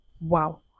Wow